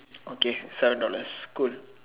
okay seven dollars cool